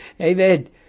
Amen